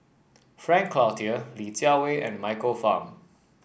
Frank Cloutier Li Jiawei and Michael Fam